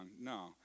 No